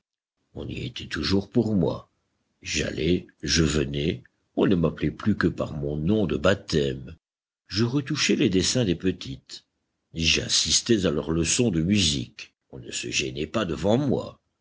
on y était toujours pour moi j'allais je venais on ne m'appelait plus que par mon nom de baptême je retouchais les dessins des petites j'assistais à leurs leçons de musique on ne se gênait pas devant moi